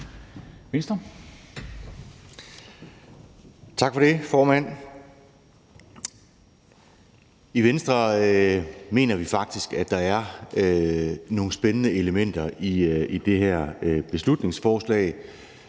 Tak for det, formand. I Venstre mener vi faktisk, at der er nogle spændende elementer i det her beslutningsforslag,